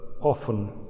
often